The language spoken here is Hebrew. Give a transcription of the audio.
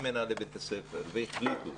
עם מנהלי בית הספר והחליטו